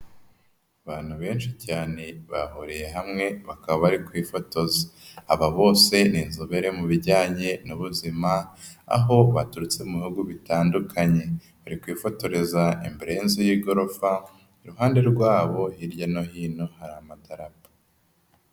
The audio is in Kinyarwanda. Abantu benshi cyane bahuriye hamwe bakaba bari kwifotoza, aba bose ni inzobere mu bijyanye n'ubuzima aho baturutse mu bihugu bitandukanye, bari kwifotoreza imbere y'inzu y'igorofa, iruhande rwabo hirya no hino hari amadarapo.